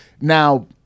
now